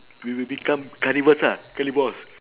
we will become cannibals lah carnivores